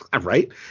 right